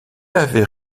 avait